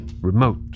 remote